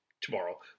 tomorrow